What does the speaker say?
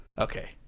Okay